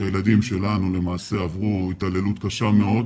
שהילדים שלנו למעשה עברו התעללות קשה מאוד